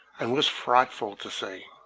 and was frightful to see.